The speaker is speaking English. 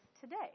today